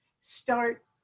Start